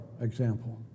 example